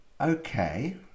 Okay